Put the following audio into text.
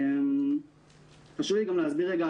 התוכנית מגדירה